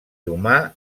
humà